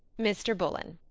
mr. bullen.